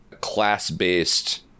class-based